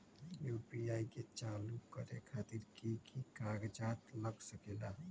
UPI के चालु करे खातीर कि की कागज़ात लग सकेला?